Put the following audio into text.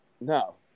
No